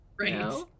Right